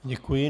Děkuji.